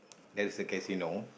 there is a casino